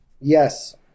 Yes